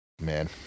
man